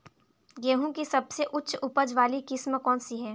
गेहूँ की सबसे उच्च उपज बाली किस्म कौनसी है?